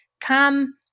come